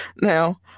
Now